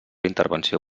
intervenció